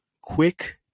quick